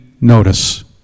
notice